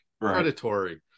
Predatory